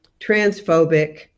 transphobic